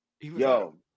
Yo